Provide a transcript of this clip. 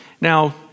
Now